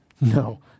No